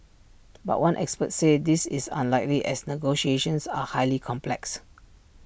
but one expert said this is unlikely as negotiations are highly complex